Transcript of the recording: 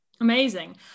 amazing